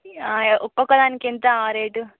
yeah యా ఒక్కొక్క దానికి ఎంత రేటు